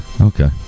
Okay